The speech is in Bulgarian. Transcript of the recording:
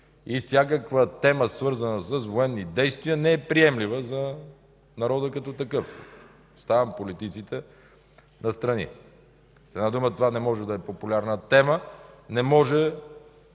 и всякаква тема, свързана с военни действия, не е приемлива за народа като такъв. Оставям политиците настрана. С една дума, това не може да е популярна тема. Не може